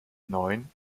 neun